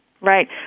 Right